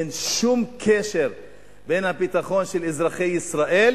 אין שום קשר בין הביטחון של אזרחי ישראל